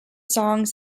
songs